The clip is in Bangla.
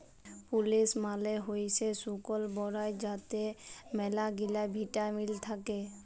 প্রুলেস মালে হইসে শুকল বরাই যাতে ম্যালাগিলা ভিটামিল থাক্যে